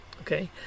okay